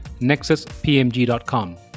nexuspmg.com